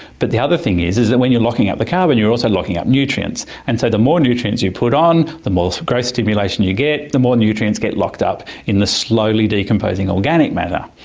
but the other thing is is that when you're locking up the carbon you're also locking up nutrients and so the more nutrients you put on, the more growth stimulation you get, the more nutrients get locked up in the slowly decomposing organic matter.